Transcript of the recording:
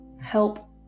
help